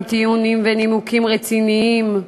עם טיעונים ונימוקים רציניים,